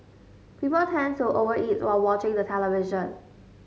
people tend to over eat while watching the television